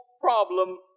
problem